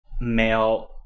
male